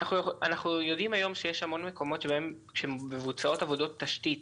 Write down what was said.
אנחנו יודעים היום שיש המון מקומות שבהם מבוצעות עבודות תשתית